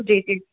जी जी